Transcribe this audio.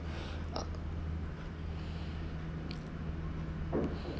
ah